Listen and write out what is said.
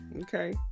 Okay